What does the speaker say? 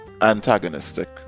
antagonistic